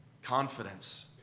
Confidence